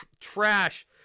trash